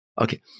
Okay